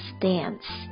dance